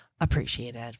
appreciated